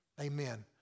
amen